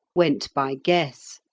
went by guess.